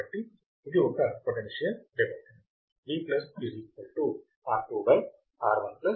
కాబట్టి ఇది ఒక పోటేన్షియల్ డివైడర్